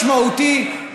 בקטע הכי משמעותי,